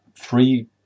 three